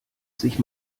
sich